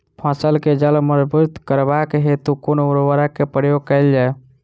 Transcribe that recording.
फसल केँ जड़ मजबूत करबाक हेतु कुन उर्वरक केँ प्रयोग कैल जाय?